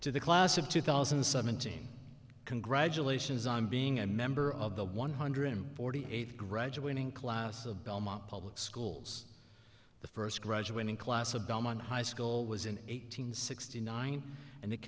to the class of two thousand and seventeen congratulations on being a member of the one hundred forty eight graduating class of belmont public schools the first graduating class of belmont high school was in eight hundred sixty nine and it